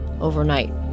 overnight